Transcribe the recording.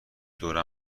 دور